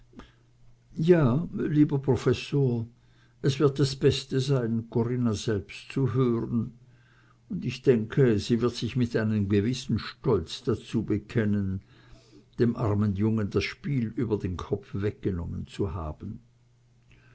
ja lieber professor es wird das beste sein corinna selbst zu hören und ich denke sie wird sich mit einem gewissen stolz dazu bekennen dem armen jungen das spiel über den kopf weggenommen zu haben